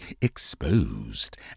exposed